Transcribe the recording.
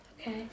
Okay